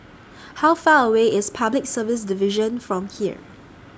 How Far away IS Public Service Division from here